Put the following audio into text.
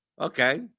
Okay